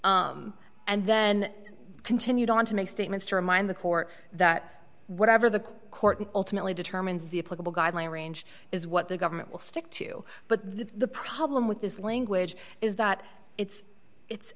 and then continued on to make statements to remind the court that whatever the court ultimately determines the political guideline range is what the government will stick to but the problem with this language is that it's it's